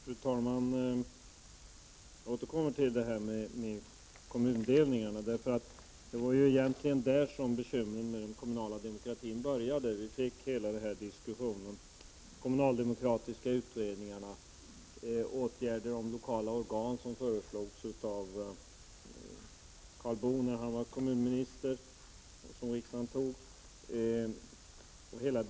Fru talman! Jag återkommer till kommundelningarna. Det var egentligen med kommunsammanläggningarna som bekymren med den kommunala demokratin började och vi fick hela den diskussionen, de kommunaldemokratiska utredningarna och förslaget om lokala organ, som framlades av Karl Boo när han var kommunminister och som riksdagen antog.